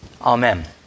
Amen